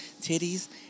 titties